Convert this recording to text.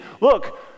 look